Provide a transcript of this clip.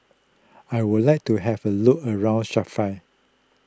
I would like to have a look around Sofia